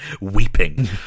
Weeping